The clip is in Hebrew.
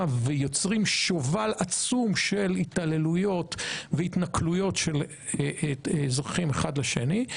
ויוצרים שובל עצום של התעללויות והתנכלויות של זוכים אחד בשני,